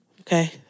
Okay